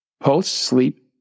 post-sleep